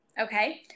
okay